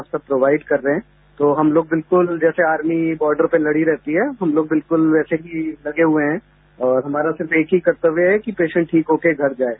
आप सब प्रोवाइड कर रहे हैं तो हम लोग बिल्कुल जैसे आर्मी बार्डर पे खड़ी रहती है हम लोग बिल्कुल वैसे ही लगे हुए हैं और हमारा सिर्फ एक ही कर्तव्य है कि पेशेंट ठीक हो के घर जाये